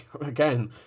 again